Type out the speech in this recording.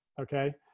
okay